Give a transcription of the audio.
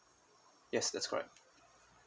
yes that's correct